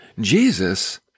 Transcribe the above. Jesus